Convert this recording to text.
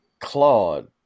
Claude